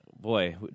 boy